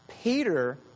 Peter